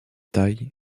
taille